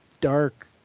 dark